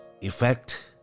effect